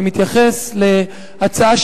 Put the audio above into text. אני מתייחס להצעה,